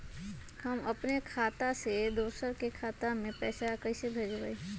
हम अपने खाता से दोसर के खाता में पैसा कइसे भेजबै?